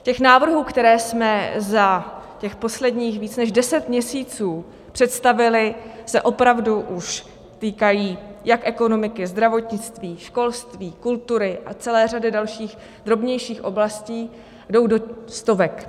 Ty návrhy, které jsme za posledních více než deset měsíců představili, se opravdu už týkají jak ekonomiky, zdravotnictví, školství, kultury a celé řady dalších drobnějších oblastí a jdou do stovek.